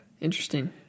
Interesting